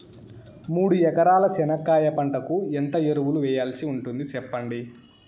మూడు ఎకరాల చెనక్కాయ పంటకు ఎంత ఎరువులు వేయాల్సి ఉంటుంది సెప్పండి?